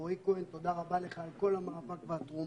רועי כהן, תודה רבה לך על כל המאמץ והתרומה.